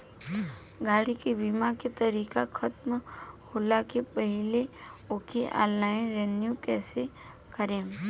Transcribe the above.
गाड़ी के बीमा के तारीक ख़तम होला के पहिले ओके ऑनलाइन रिन्यू कईसे करेम?